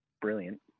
brilliant